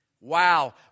Wow